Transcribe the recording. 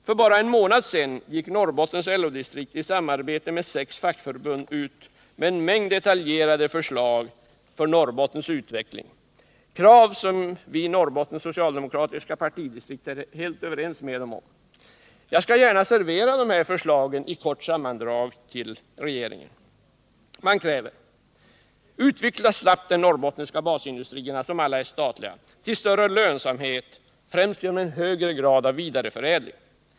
För bara en månad sedan gick Norrbot = Nr 21 tens LO-distrikt i samarbete med sex fackförbund ut med en mängd detaljerade förslag för Norrbottens utveckling, krav som vi i Norrbottens partidistrikt är helt överens med dem om. Jag skall gärna servera de förslagen i kort sammandrag till regeringen. Man kräver följande. Utveckla snabbt de norrbottniska basindustrierna, som alla är statliga, till större lönsamhet, främst genom en högre grad av vidareförädling.